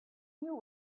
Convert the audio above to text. knew